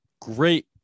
great